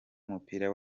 w’umupira